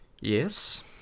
Yes